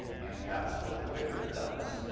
and that's what the vickers does.